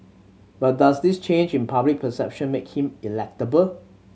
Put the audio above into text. but does this change in public perception make him electable